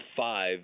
five